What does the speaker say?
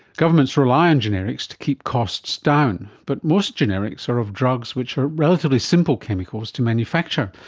governments rely on generics to keep costs down, but most generics are of drugs which are relatively simple chemicals to manufacture,